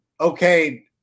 okay